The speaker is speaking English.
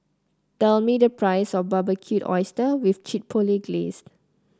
tell me the price of Barbecued Oysters with Chipotle Glaze